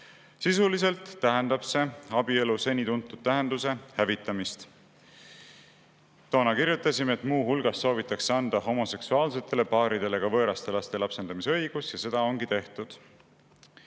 Sisuliselt tähendab see abielu seni tuntud tähenduse hävitamist. Toona kirjutasime, et muu hulgas soovitakse anda homoseksuaalsetele paaridele ka võõraste laste lapsendamise õigus, ja seda ongi tehtud.